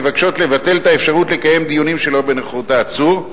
מבקשות לבטל את האפשרות לקיים דיונים שלא בנוכחות העצור,